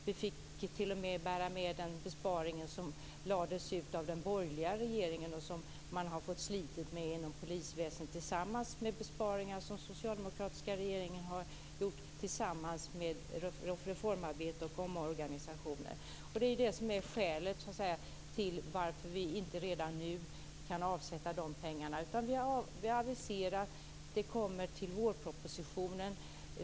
Vi fick t.o.m. bära med oss den besparing som lades ut av den borgerliga regeringen och som man har fått slita med inom polisväsendet tillsammans med de besparingar som den socialdemokratiska regeringen har gjort tillsammans med reformarbete och omorganisationer. Det är ju det som är skälet till varför vi inte redan nu kan avsätta de pengarna. Vi har aviserat att de kommer i vårpropositionen.